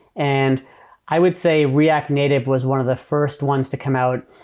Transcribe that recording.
and i would say react native was one of the first ones to come out,